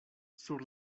sur